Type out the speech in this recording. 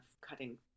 cutting